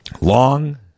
long